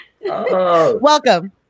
Welcome